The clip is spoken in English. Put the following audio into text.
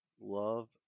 Love